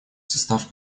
состав